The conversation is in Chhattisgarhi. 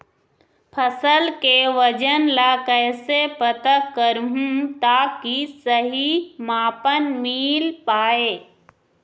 फसल के वजन ला कैसे पता करहूं ताकि सही मापन मील पाए?